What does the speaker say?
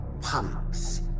pumps